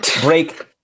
break